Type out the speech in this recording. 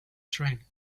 train